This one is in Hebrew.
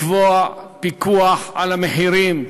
לקבוע פיקוח על המחירים.